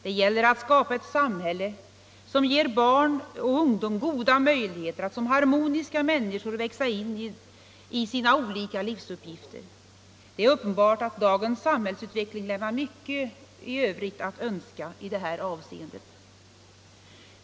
Det gäller att skapa ett samhälle som ger barn och ungdom goda möjligheter att som harmoniska människor växa in i sina olika livsuppgifter. Det är uppenbart att dagens samhällsutveckling lämnar mycket övrigt att önska i det avseendet.